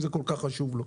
אם זה כל כך חשוב לו.